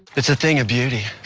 it's a thing of beauty.